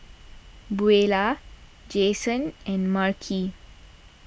Buelah Jasen and Marcie